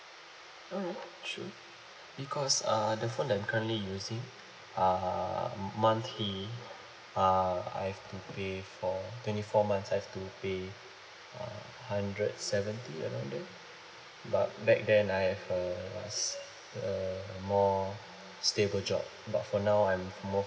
alright sure because uh the phone that I'm currently using uh monthly uh I've to pay for twenty four months I've to pay uh hundred seventy around there but back then I've uh a more stable job but for now I'm more